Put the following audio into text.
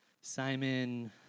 Simon